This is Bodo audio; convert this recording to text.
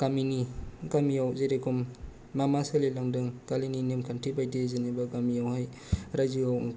गामिनि गामियाव जेरखम मा मा सोलि लांदों गामिनि नेमखान्थि बायदि जेनेबा गामियावहाय रायजोआव